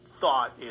thought